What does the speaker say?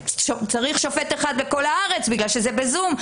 צריך שופט אחד בכל הארץ מאחר וזה נעשה ב-זום.